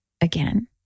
again